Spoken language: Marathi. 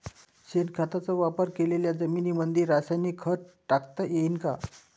शेणखताचा वापर केलेल्या जमीनीमंदी रासायनिक खत टाकता येईन का?